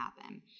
happen